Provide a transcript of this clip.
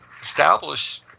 establish